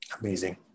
Amazing